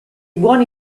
buoni